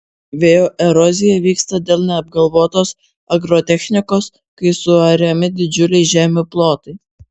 vėjo erozija vyksta dėl neapgalvotos agrotechnikos kai suariami didžiuliai žemių plotai